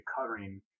covering